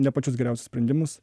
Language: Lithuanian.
ne pačius geriausius sprendimus